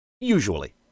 Usually